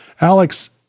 Alex